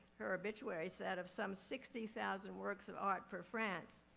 her obituary said, of some sixty thousand works of art for france.